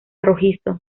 rojizo